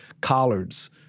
collards